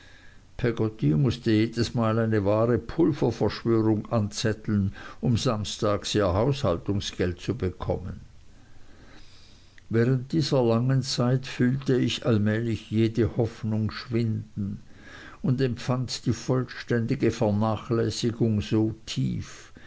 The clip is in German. peggotty mußte jedesmal eine wahre pulververschwörung anzetteln um samstags ihr haushaltungsgeld zu bekommen während dieser langen zeit fühlte ich allmählich jede hoffnung schwinden und empfand die vollständige vernachlässigung so tief